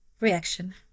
reaction